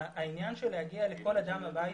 העניין להגיע לכל אדם הביתה,